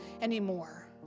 anymore